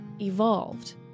evolved